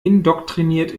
indoktriniert